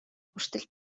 хүртэл